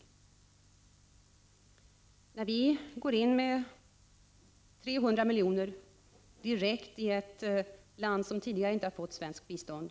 Det är en mycket stor summa i sammanhanget när Sverige går in med 300 milj.kr. direkt i ett land som tidigare inte har fått svenskt bistånd.